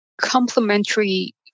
complementary